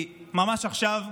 ממש עכשיו,